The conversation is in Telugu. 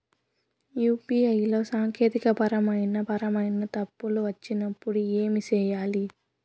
యు.పి.ఐ లో సాంకేతికపరమైన పరమైన తప్పులు వచ్చినప్పుడు ఏమి సేయాలి